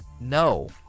No